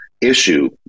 issue